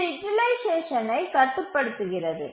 இது யூட்டிலைசேஷனை கட்டுப்படுத்துகிறது